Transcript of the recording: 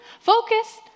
Focus